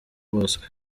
bosco